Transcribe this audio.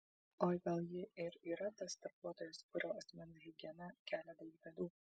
oi gal ji ir yra tas darbuotojas kurio asmens higiena kelia daug bėdų